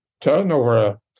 turnover